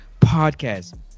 Podcast